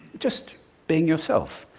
just being yourself.